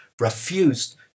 refused